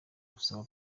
gusaba